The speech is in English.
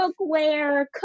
cookware